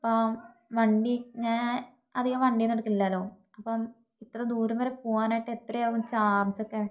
അപ്പം വണ്ടി ഞാൻ അധികം വണ്ടിയൊന്നും എടുക്കില്ലല്ലോ അപ്പം ഇത്ര ദൂരം വരെ പോകാനായിട്ട് എത്രയാകും ചാർജൊക്കെ